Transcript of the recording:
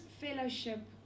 fellowship